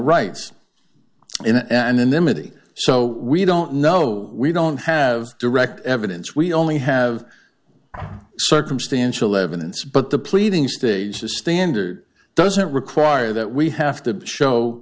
rights and then maty so we don't know we don't have direct evidence we only have circumstantial evidence but the pleading stage the standard doesn't require that we have to show